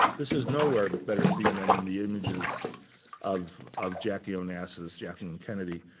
this is nowhere better seen than in the images of of jackie onassis, jacqueline kennedy.